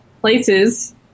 places